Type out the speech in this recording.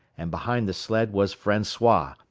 and behind the sled was francois,